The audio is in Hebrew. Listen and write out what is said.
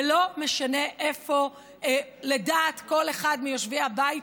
ולא משנה איפה לדעת כל אחד מיושבי הבית